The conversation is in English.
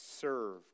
serve